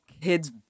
kids